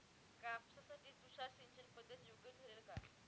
कापसासाठी तुषार सिंचनपद्धती योग्य ठरेल का?